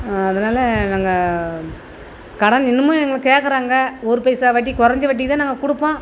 அதனால் நாங்கள் கடன் இன்னுமும் எங்களை கேட்குறாங்க ஒரு பைசா வட்டிக்கு குறைஞ்ச வட்டிக்கு தான் நாங்கள் கொடுப்போம்